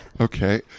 Okay